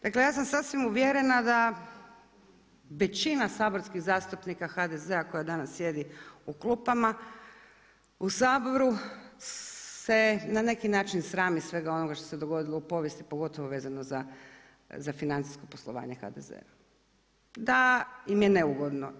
Dakle ja sam sasvim uvjerena da većina saborskih zastupnika HDZ-a koja danas sjedi u klupama u Saboru se ne neki način srami svega onoga što se dogodilo u povijesti pogotovo vezano za financijsko poslovanje HDZ-a, da im je neugodno.